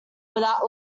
without